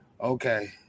Okay